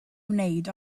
wneud